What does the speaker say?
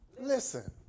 Listen